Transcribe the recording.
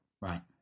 Right